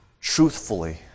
truthfully